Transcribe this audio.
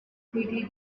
quickly